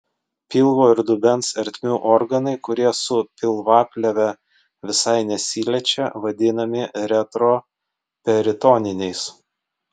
pilvo ir dubens ertmių organai kurie su pilvaplėve visai nesiliečia vadinami retroperitoniniais